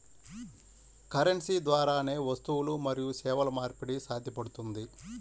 currency ద్వారానే వస్తువులు మరియు సేవల మార్పిడి సాధ్యపడుతుంది